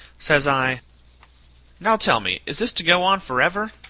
says i now tell me is this to go on forever?